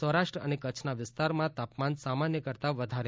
સૌરાષ્ટ્ર અને કચ્છના વિસ્તારમાં તાપમાન સામાન્ય કરતાં વધારે હતું